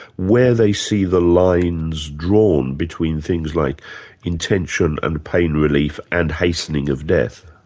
where they see the lines drawn between things like intention and pain relief and hastening of death?